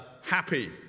Happy